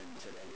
today